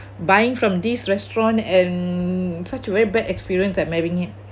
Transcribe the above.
buying from this restaurant and such a very bad experience I'm having it